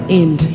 end